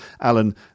Alan